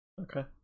okay